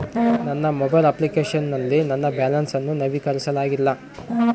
ನನ್ನ mobile application ನಲ್ಲಿ ನನ್ನ ಬ್ಯಾಲೆನ್ಸ್ ಅನ್ನು ನವೀಕರಿಸಲಾಗಿಲ್ಲ